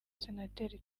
senateri